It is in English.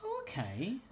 Okay